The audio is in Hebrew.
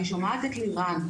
אני שומעת את לירן,